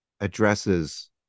addresses